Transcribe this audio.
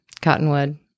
Cottonwood